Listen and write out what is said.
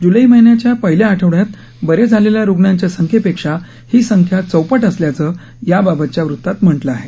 जुलै महिन्याच्या पहिल्या आठवड्यात बरे झालेल्या रुग्णांच्या संख्येपेक्षा ही संख्या चौपट असल्याचं याबाबतच्या वृतात म्हटलं आहे